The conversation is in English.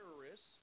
terrorists